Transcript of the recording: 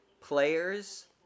players